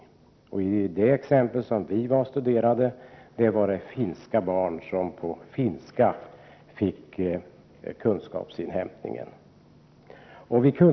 Det exempel vi studerade gällde finska barn som fick inhämta sina kunskaper på finska.